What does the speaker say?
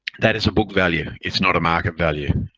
that is a book value. it's not a market value.